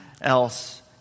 Else